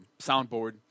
soundboard